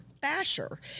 basher